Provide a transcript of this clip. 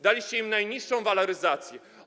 Daliście im najniższą waloryzację.